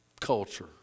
culture